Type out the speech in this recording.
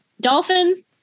dolphins